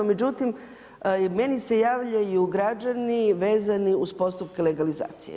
Međutim meni je javljaju građani vezani uz postupke legalizacije.